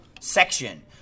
section